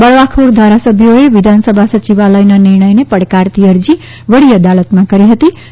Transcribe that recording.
બળવાખોર ધારાસભ્યોએ વિધાનસભા સચિવાલયનાં નિર્ણયને પડકારતી અરજી વડી અદાલતમાં કરી હતીં